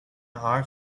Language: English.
our